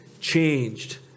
changed